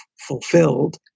fulfilled